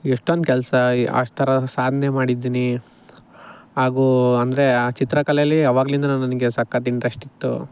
ಎಷ್ಟೊಂದು ಕೆಲಸ ಅಷ್ಟು ಥರ ಸಾಧ್ನೆ ಮಾಡಿದೀನಿ ಹಾಗೂ ಅಂದರೆ ಆ ಚಿತ್ರಕಲೆಯಲ್ಲಿ ಆವಾಗ್ಲಿಂದ ನನಗೆ ಸಕ್ಕತ್ ಇಂಟ್ರೆಸ್ಟಿತ್ತು